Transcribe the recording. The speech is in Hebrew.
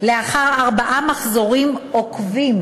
לאחר ארבעה מחזורים עוקבים